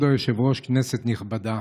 כבוד היושב-ראש, כנסת נכבדה,